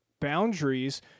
boundaries